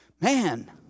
man